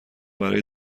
برای